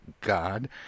God